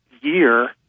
year